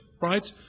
Right